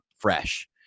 Fresh